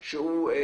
תודה.